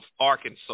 Arkansas